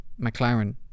McLaren